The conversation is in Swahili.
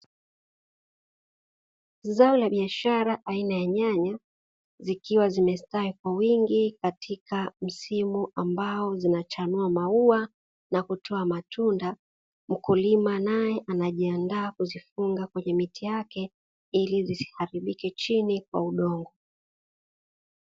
Zao la biashara aina ya nyanya zikiwa zimestawi kwa wingi katika msimu ambao zinachanua maua na kutoa matunda, mkulima naye anajiandaa kuzifunga kwenye miti yake ili zisiharibike chini kwa udongo.